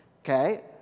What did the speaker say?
Okay